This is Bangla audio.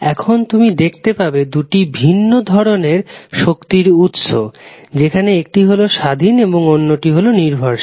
এখন তুমি দেখতে পাবে দুটি ভিন্ন ধরনের শক্তির উৎস যেমন একটি হল স্বাধীন এবং অন্যটি হলো নির্ভরশীল